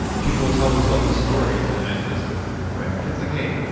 people will tell themselves a story and and i do this with my wife and kids. like, hey,